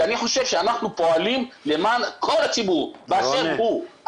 כי אנחנו חושבים שאנחנו פועלים למען כל הציבור באשר הוא.